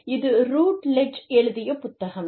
இது ரூட்லெட்ஜ் எழுதிய புத்தகம்